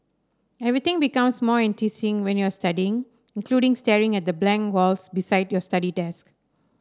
everything becomes more enticing when you're studying including staring at the blank walls beside your study desk